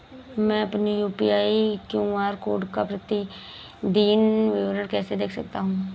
मैं अपनी UPI QR code का प्रतीदीन विवरण कैसे देख सकता हूँ?